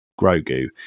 Grogu